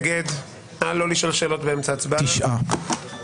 שאגב חוקק לראשונה בממשלת נתניהו בשנת 2015,